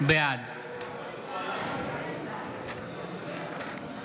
בעד